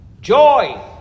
Joy